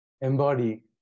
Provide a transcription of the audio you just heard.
embody